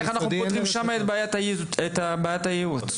איך אנחנו פותרים שמה את בעיית הייעוץ?